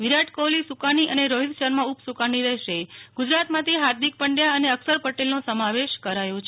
વિરાટ કોહલી સુકાની અને રોહિત શર્મા ઉપ સુકાની રૂહશે ગુજરાતમાંથી હાર્દિક પંડચા અને અક્ષર પટેલનો સમાવેશ કરાયો છે